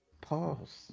Pause